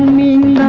me